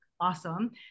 awesome